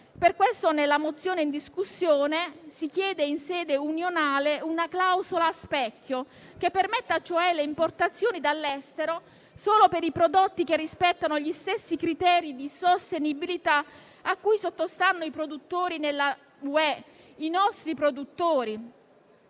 Per questo, nella mozione in discussione si chiede in sede unionale una clausola a specchio, che permetta, cioè, le importazioni dall'estero solo per i prodotti che rispettino gli stessi criteri di sostenibilità a cui sottostanno i produttori nella UE, i nostri produttori.